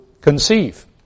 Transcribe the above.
conceive